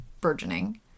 burgeoning